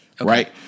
right